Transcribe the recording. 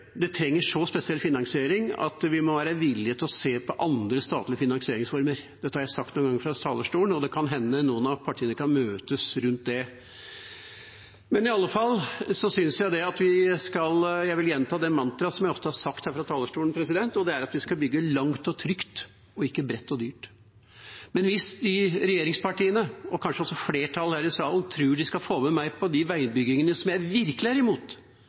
vi må være villige til å se på andre statlige finansieringsformer. Dette har jeg sagt noen ganger fra talerstolen, og det kan hende noen av partiene kan møtes rundt det. Men i alle fall: Jeg vil gjenta det mantraet som jeg ofte har sagt her fra talerstolen, og det er at vi skal bygge langt og trygt, ikke bredt og dyrt. Men hvis regjeringspartiene, og kanskje også flertallet her i salen, tror de skal få med meg på de veibyggingene jeg virkelig er imot,